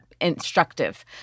instructive